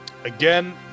Again